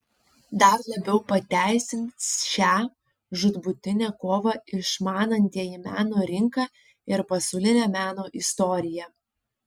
dar labiau pateisins šią žūtbūtinę kovą išmanantieji meno rinką ir pasaulinę meno istoriją